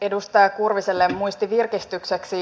edustaja kurviselle muistin virkistykseksi